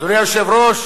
אדוני היושב-ראש,